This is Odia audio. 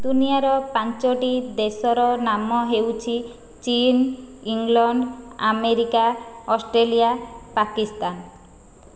ଦୁନିଆର ପାଞ୍ଚଟି ଦେଶର ନାମ ହେଉଛି ଚୀନ ଇଂଲଣ୍ଡ ଆମେରିକା ଅଷ୍ଟ୍ରେଲିଆ ପାକିସ୍ତାନ